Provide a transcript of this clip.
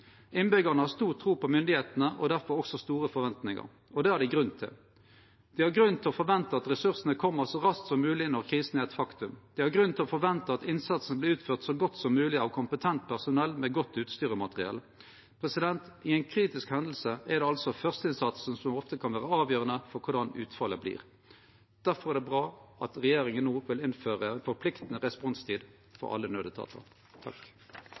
Innbyggjarane har stor tru på myndigheitene og difor også store forventingar – og det har dei grunn til. Dei har grunn til å forvente at ressursane kjem så raskt som mogeleg når krisa er eit faktum. Dei har grunn til å forvente at innsatsen vert utført så godt som mogeleg av kompetent personell med godt utstyr og materiell. I ei kritisk hending er det altså førsteinnsatsen som ofte kan vere avgjerande for korleis utfallet vert. Difor er det bra at regjeringa no vil innføre ei forpliktande responstid for alle